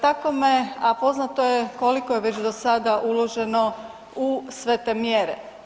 Tako me, a poznato je koliko je već do sada uloženo u sve te mjere.